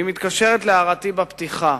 היא מתקשרת להערתי בפתיחה: